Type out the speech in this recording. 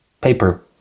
paper